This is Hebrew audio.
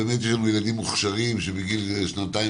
יש לנו ילדים מוכשרים שבגיל שנתיים